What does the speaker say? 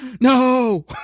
no